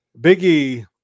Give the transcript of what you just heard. Biggie